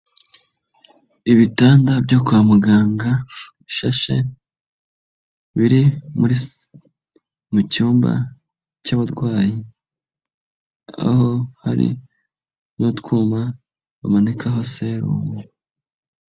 Ibitanda byo kwa muganga bishashe, biri mu cyumba cy'abarwayi, aho hari n'utwuma bamanikaho serumo.